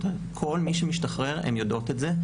אבל כל מי שמשתחרר הן יודעות את זה.